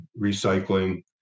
recycling